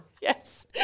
Yes